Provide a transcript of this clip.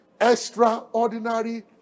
Extraordinary